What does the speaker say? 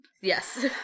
yes